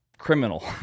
criminal